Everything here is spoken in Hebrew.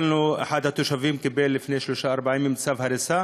שאחד התושבים שלו קיבל לפני שלושה-ארבעה ימים צו הריסה.